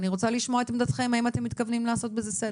אני רוצה לשמוע את עמדתכם - האם אתם מתכוונים לעשות בזה סדר.